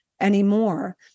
anymore